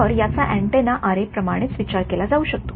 तरयाचा antenna आरे प्रमाणेच विचार केला जाऊ शकतो